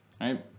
right